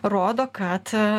rodo kad